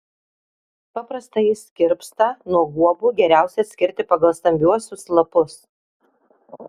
paprastąjį skirpstą nuo guobų geriausia atskirti pagal stambiuosius lapus